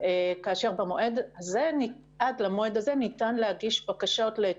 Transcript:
איפה שהוא באמצע 2021 המערכת הזאת תהיה מבצעית.